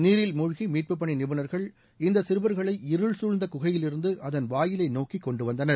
நீரில் மூழ்கி மீட்பு பணி நிபுணர்கள் இந்த சிறுவர்களை இருள் சூழ்ந்த குகையிலிருந்து அதன் வாயிலை நோக்கு கொண்டு வந்தனர்